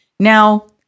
Now